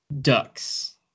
ducks